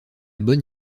bonne